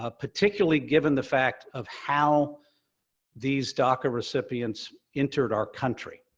ah particularly given the fact of how these daca recipients entered our country.